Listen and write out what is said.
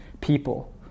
people